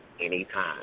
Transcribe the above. anytime